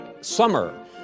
summer